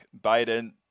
Biden